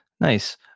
Nice